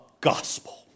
gospel